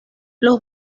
los